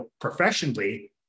professionally